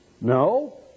No